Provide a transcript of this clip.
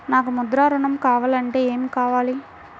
నాకు ముద్ర ఋణం కావాలంటే ఏమి కావాలి?